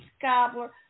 cobbler